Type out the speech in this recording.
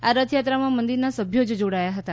આ રથયાત્રમાં મંદિરના સભ્યો જ જોડાયા હતા